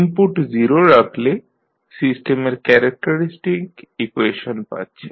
input 0 রাখলে সিস্টেমের characteristic equation পাচ্ছেন